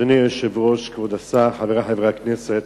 אדוני היושב-ראש, כבוד השר, חברי חברי הכנסת,